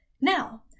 Now